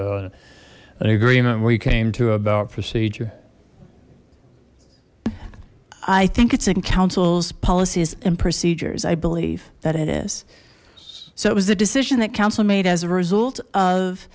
an agreement we came to about procedure i think it's in councils policies and procedures i believe that it is so it was a decision that council made as a result of